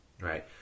right